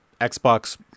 Xbox